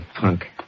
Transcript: punk